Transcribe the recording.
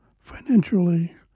financially